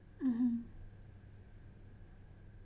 mmhmm